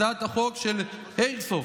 הצעת החוק של איירסופט,